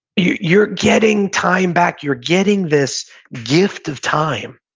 you're you're getting time back. you're getting this gift of time,